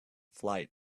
flight